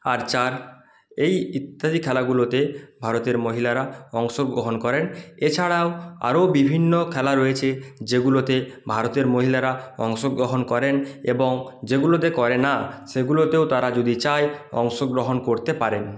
archer এই ইত্যাদি খেলাগুলোতে ভারতের মহিলারা অংশগ্রহণ করেন এছাড়াও আরও বিভিন্ন খেলা রয়েছে যেগুলোতে ভারতের মহিলারা অংশগ্রহণ করেন এবং যেগুলোতে করে না সেগুলোতেও তারা যদি চায় অংশগ্রহণ করতে পারেন